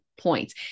points